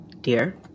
dear